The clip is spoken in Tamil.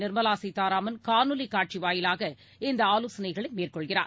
நிர்மலா சீதாராமன் காணொலிக் காட்சி வாயிலாக இந்த ஆலோசனைகளை மேற்கொள்கிறார்